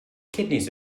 kidneys